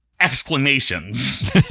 exclamations